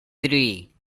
three